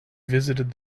visited